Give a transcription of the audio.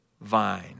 vine